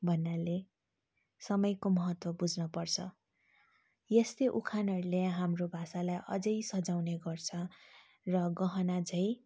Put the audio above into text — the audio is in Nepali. भन्नाले समयको महत्त्व बुझ्न पर्छ यस्तै उखानहरूले हाम्रो भाषालाई अझ सजाउने गर्छ र गहना झैँ